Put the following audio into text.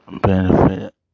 benefit